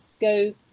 go